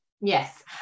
yes